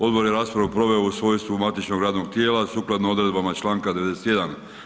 Odbor je raspravu proveo u svojstvu matičnog radnog tijela sukladno odredbama čl. 91.